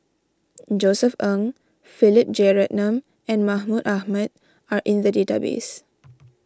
Josef Ng Philip Jeyaretnam and Mahmud Ahmad are in the database